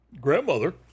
Grandmother